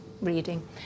reading